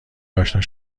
اشنا